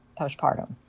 postpartum